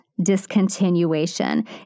discontinuation